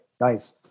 Nice